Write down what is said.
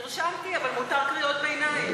נרשמתי, אבל מותר קריאות ביניים.